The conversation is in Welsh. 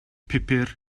pupur